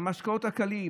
המשקאות הקלים?